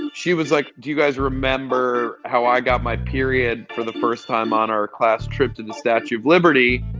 she was like, do you guys remember how i got my period for the first time on our class trip to the statue of liberty?